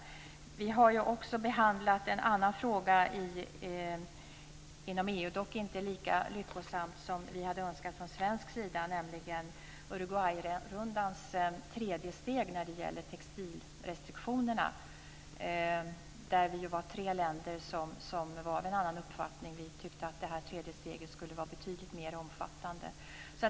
Vi har ju också behandlat en annan fråga inom EU, dock inte lika lyckosamt som vi från svensk sida hade önskat, nämligen Uruguayrundans tredje steg när det gäller textilrestriktionerna. Där var vi tre länder som var av en annan uppfattning och som tyckte att det tredje steget skulle vara betydligt mer omfattande.